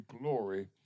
glory